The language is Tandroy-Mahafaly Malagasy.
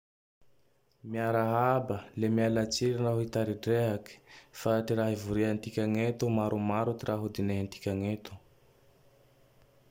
Miarahaba. Le mialatsigny nao hitari-drehaky. Fa ty raha hivoria-tikagne eto, maromaro ty raha hodiniantikagne eto.